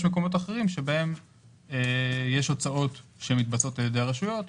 יש מקומות שבהם יש הוצאות שמתבצעות על ידי הרשויות,